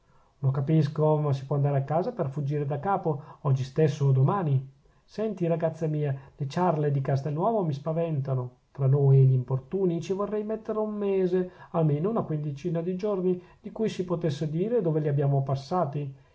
lo capisco ma si può andare a casa per fuggire da capo oggi stesso o domani senti ragazza mia le ciarle di castelnuovo mi spaventano tra noi e gl'importuni ci vorrei mettere un mese almeno una quindicina di giorni di cui si potesse dire dove li abbiamo passati